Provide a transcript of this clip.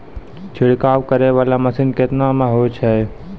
छिड़काव करै वाला मसीन केतना मे होय छै?